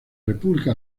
república